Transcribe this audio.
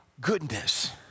goodness